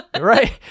Right